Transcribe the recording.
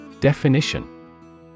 Definition –